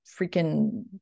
freaking